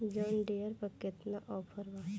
John Deere पर केतना offer बा?